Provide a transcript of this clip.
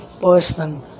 person